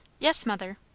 yes, mother.